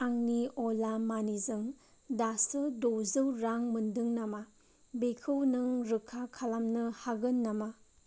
आंनि अला मानिजों दासो द'जौ रां मोनदों नामा बेखौ नों रोखा खालामनो हागोन नामा